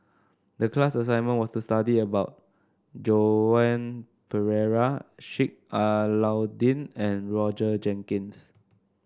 the class assignment was to study about Joan Pereira Sheik Alau'ddin and Roger Jenkins